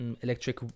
electric